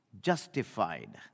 justified